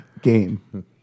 Game